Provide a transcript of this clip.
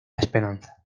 esperanza